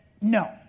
no